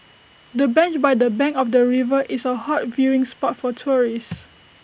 the bench by the bank of the river is A hot viewing spot for tourists